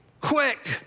quick